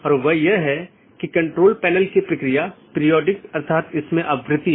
और यह बैकबोन क्षेत्र या बैकबोन राउटर इन संपूर्ण ऑटॉनमस सिस्टमों के बारे में जानकारी इकट्ठा करता है